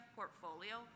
portfolio